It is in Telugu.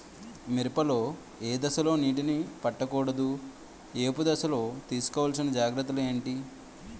మిరప లో ఏ దశలో నీటినీ పట్టకూడదు? ఏపు దశలో తీసుకోవాల్సిన జాగ్రత్తలు ఏంటి?